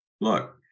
look